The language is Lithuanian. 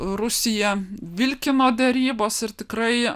rusija vilkino derybas ir tikrai